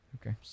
Okay